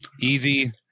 easy